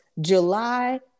July